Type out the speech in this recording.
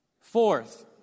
Fourth